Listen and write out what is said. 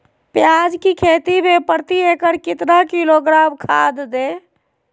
प्याज की खेती में प्रति एकड़ कितना किलोग्राम खाद दे?